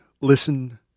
listen